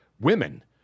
women